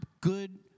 good